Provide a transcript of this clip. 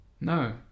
No